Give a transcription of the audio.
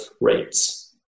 rates